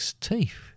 teeth